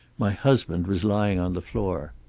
my husband was lying on the floor.